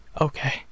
Okay